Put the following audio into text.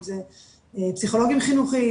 אם זה פסיכולוגים חינוכיים,